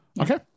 okay